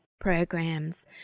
programs